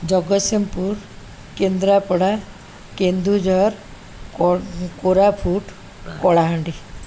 Jagatsinghpur Kendrapara Keonjhar Koraput Kalahandi